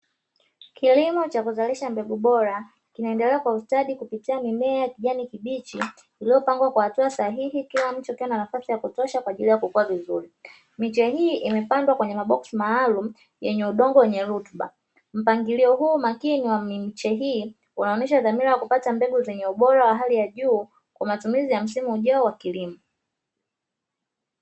Kilimo cha kuzalisha mbegu bora inaendelea kwa ustadi kupitia mimea ya kijani kibichi iliyopangwa kwa hatua sahihi, kila mche ukiwa na nafasi ya kutosha kwa ajili ya kukua vizuri. Miche hii imepandwa kwenye maboksi maalumu yenye udongo wenye rutuba. Mpangilio huo makini wa miche hii wanaonyesha dhamira ya kupata mbegu zenye ubora wa hali ya juu kwa matumizi ya msimu ujao wa kilimo.